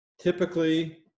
typically